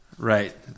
Right